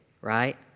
right